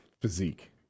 physique